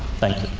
thank